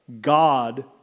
God